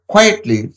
Quietly